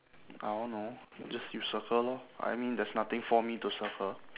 I don't know just you circle lor I mean there's nothing for me to circle